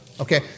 Okay